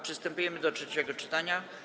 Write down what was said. Przystępujemy do trzeciego czytania.